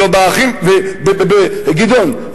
וגדעון,